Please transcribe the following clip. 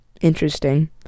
interesting